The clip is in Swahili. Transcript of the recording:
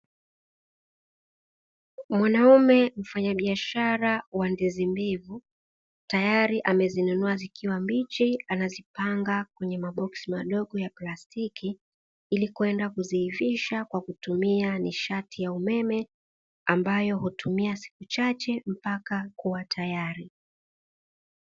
Mwanamume mfanyabiashara wa ndizi mbivu tayari amezinunua zikiwa mbichi anazipanga kwenye maboksi madogo ya plastiki, ili kwenda kuziifisha kwa kutumia nishati ya umeme ambayo hutumia siku chache mpaka kuwa tayari.